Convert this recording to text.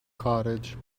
cottage